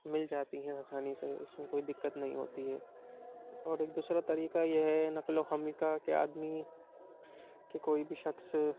مل جاتی ہے آسانی سے اس میں کوئی دقت نہیں ہوتی ہے اور ایک دوسرا طریقہ یہ ہے نقل و حمل کا کہ آدمی کہ کوئی بھی شخص